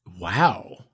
Wow